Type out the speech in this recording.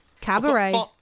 Cabaret